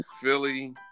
Philly